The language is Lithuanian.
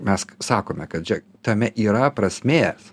mes sakome kad žiūrėk tame yra prasmės